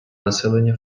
населення